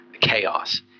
chaos